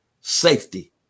safety